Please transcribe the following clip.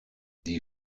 die